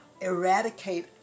eradicate